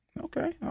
Okay